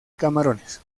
camarones